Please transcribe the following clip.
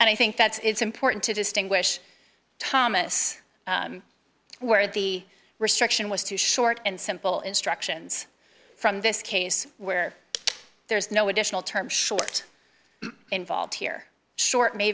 and i think that's it's important to distinguish thomas where the restriction was too short and simple instructions from this case where there is no additional term short involved here short may